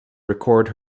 record